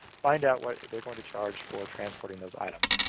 find out what they're going to charge for transporting those items.